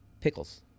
Pickles